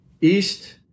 east